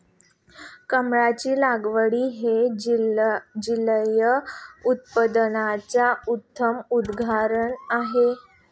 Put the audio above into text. कमळाची लागवड हे जलिय उत्पादनाचे उत्तम उदाहरण आहे